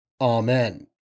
Amen